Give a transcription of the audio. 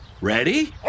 Ready